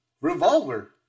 Revolver